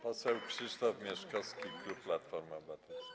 Poseł Krzysztof Mieszkowski, klub Platformy Obywatelskiej.